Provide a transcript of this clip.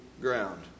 ground